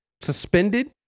suspended